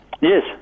Yes